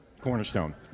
Cornerstone